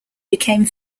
became